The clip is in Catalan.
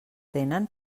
tenen